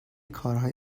کارهای